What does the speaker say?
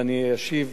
ואני אשיב,